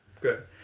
Good